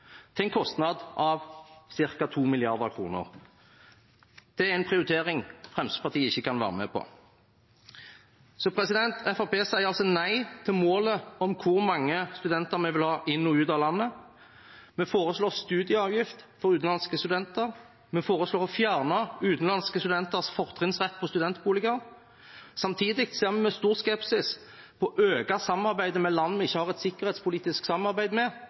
til en kostnad av ca. 2 mrd. kr. Det er en prioritering Fremskrittspartiet ikke kan være med på. Fremskrittspartiet sier altså nei til målet om hvor mange studenter vi vil ha inn og ut av landet. Vi foreslår studieavgift for utenlandske studenter. Vi foreslår å fjerne utenlandske studenters fortrinnsrett på studentboliger. Samtidig ser vi med stor skepsis på å øke samarbeidet med land vi ikke har et sikkerhetspolitisk samarbeid med,